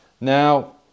Now